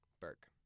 burke